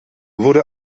wurde